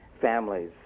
families